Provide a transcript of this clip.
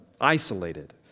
isolated